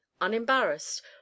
unembarrassed